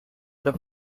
the